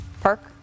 Park